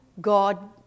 God